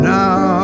now